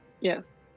yes